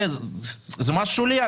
זה מס שולי,